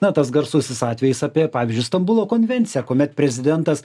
na tas garsusis atvejis apie pavyzdžiui stambulo konvenciją kuomet prezidentas